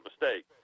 mistake